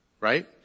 right